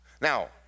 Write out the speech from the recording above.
Now